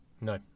No